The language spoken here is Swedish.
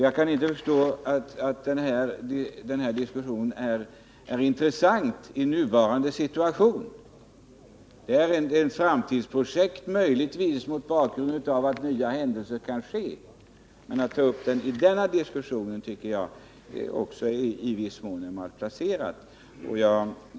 Jag kan inte förstå att den här frågan är intressant i nuvarande situation. Det är möjligtvis ett framtidsprojekt, mot bakgrund av att nya händelser kan inträffa. Men att ta upp saken i denna debatt tycker jag är malplacerat.